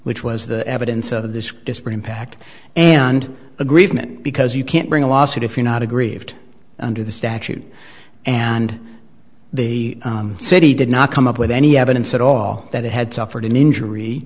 which was the evidence of this disparate impact and aggrievement because you can't bring a lawsuit if you not agree under the statute and the city did not come up with any evidence at all that it had suffered an injury